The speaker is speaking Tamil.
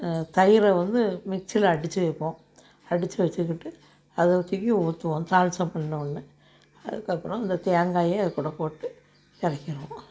தயிரை வந்து மிக்ஸில் அடித்து வைப்போம் அடித்து வச்சிக்கிட்டு அதை தூக்கி ஊற்றுவோம் தாளிசம் பண்ண வோன்னே அதுக்கப்பறம் இந்த தேங்காயை அதுக்கூட போட்டு இறக்கிருவோம்